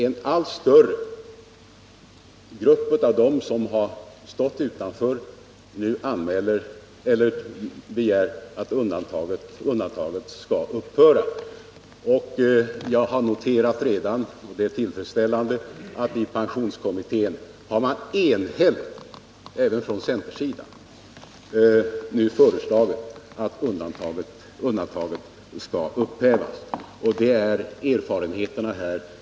En allt större grupp av dem som har stått utanför begär nu, herr Magnusson, att undantaget skall upphöra. Jag har redan noterat — det är tillfredsställande — att pensionskommittén enhälligt föreslagit att undantaget skall upphävas. Bakom det förslaget står även centerpartiet.